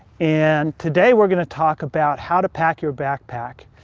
and today we're gonna talk about how to pack your backpack,